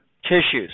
tissues